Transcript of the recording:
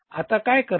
आता काय करणार